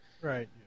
right